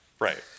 Right